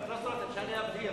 אני אבהיר,